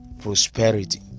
prosperity